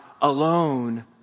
alone